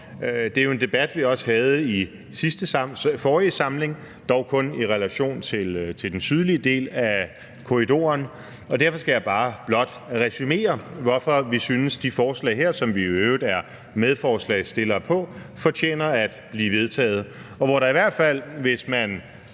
Det var jo en debat, vi også havde i forrige samling, dog kun i relation til den sydlige del af korridoren, og derfor skal jeg blot resumere, hvorfor vi synes, at det her forslag, som vi jo i øvrigt er medforslagsstillere på, fortjener at blive vedtaget, og hvor der – i hvert fald hvis man